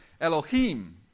Elohim